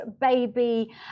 baby